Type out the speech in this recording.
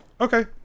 Okay